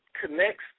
connects